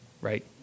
right